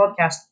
podcast